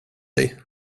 dig